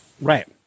Right